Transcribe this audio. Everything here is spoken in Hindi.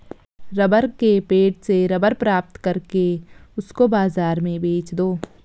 रबर के पेड़ से रबर प्राप्त करके उसको बाजार में बेच दो